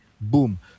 boom